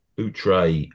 outre